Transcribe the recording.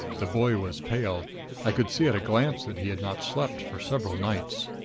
the boy was pale i could see at a glance that he had not slept for several nights.